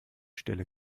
stelle